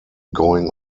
going